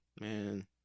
man